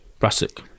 Brassic